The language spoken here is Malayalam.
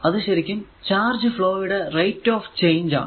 അത് ശരിക്കും ചാർജ് ഫ്ലോ യുടെ റേറ്റ് ഓഫ് ചേഞ്ച് ആണ്